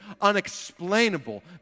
unexplainable